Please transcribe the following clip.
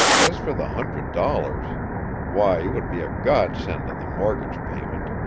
as for the hundred dollars why, it would be a godsend on the mortgage payment!